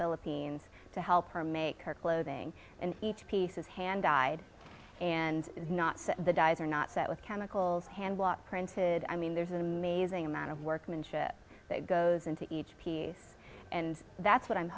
philippines to help her make her clothing and each piece is hand died and not the dies or not that was chemicals hand was printed i mean there's an amazing amount of workmanship that goes into each piece and that's what i'm